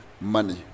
money